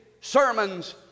sermons